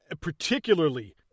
particularly